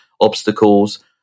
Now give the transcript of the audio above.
obstacles